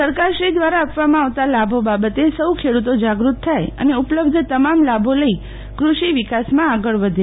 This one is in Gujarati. સરકારશ્રી દ્વારા આપેવામાં આવતા લાભો બાબતે સૌ ખેડૂતો જાગૃત થાય અને ઉપલબ્ધ તમામ લાભો લઇ કૃષ્ષિ વિકાસમાં આગળ વધે